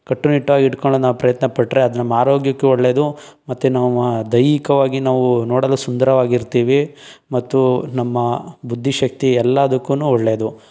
ಕಟ್ಟುನಿಟ್ಟಾಗಿ ಇಟ್ಕೊಳ್ಳೋಣ ಪ್ರಯತ್ನ ಪಟ್ಟರೆ ಅದು ನಮ್ಮ ಆರೋಗ್ಯಕ್ಕೆ ಒಳ್ಳೆಯದು ಮತ್ತು ನಾವು ದೈಹಿಕವಾಗಿ ನಾವು ನೋಡಲು ಸುಂದರವಾಗಿರ್ತೀವಿ ಮತ್ತು ನಮ್ಮ ಬುದ್ಧಿಶಕ್ತಿ ಎಲ್ಲಾದುಕ್ಕೂ ಒಳ್ಳೆಯದು